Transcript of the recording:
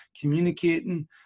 communicating